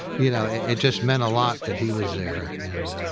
you know, it just meant a lot that he was there. and